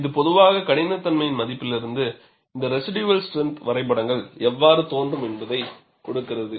இது பொதுவாக கடினத்தன்மையின் மதிப்பிலிருந்து இந்த ரெஷிடுயல் ஸ்ட்ரென்த் வரைபடங்கள் எவ்வாறு தோன்றும் என்பதைக் கொடுக்கிறது